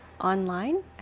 online